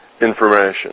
information